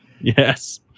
Yes